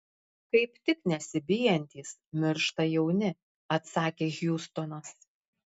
kaip tik nesibijantys miršta jauni atsakė hjustonas